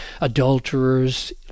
adulterers